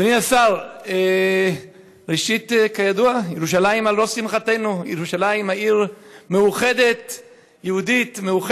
אדוני השר, ראשית, כידוע, ירושלים על ראש שמחתנו.